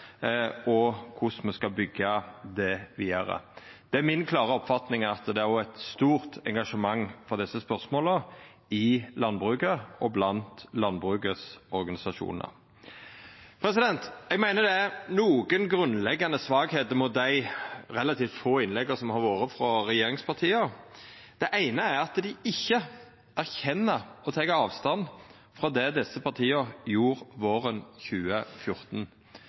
og korleis me skal byggja det vidare. Det er mi klare oppfatning at det er eit stort engasjement for desse spørsmåla i landbruket og i landbruket sine organisasjonar. Eg meiner det er nokre grunnleggjande svakheiter med dei relativt få innlegga som har vore frå regjeringspartia. Det eine er at dei ikkje erkjenner og tek avstand frå det desse partia gjorde våren 2014.